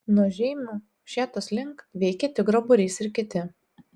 nuo žeimių šėtos link veikė tigro būrys ir kiti